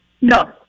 No